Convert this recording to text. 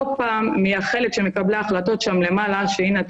לא פעם אני מייחלת שמקבלי ההחלטות שם למעלה שהנה,